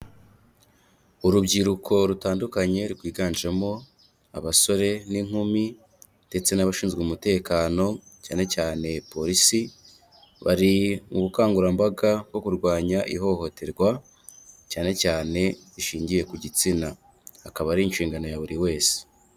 Urubyiruko rutandukanye rwiganjemo abasore n'inkumi ndetse n'abashinzwe umutekano cyane cyane polisi, bari mu bukangurambaga bwo kurwanya ihohoterwa cyane cyane rishingiye ku gitsina, akaba ari inshingano ya buri wese.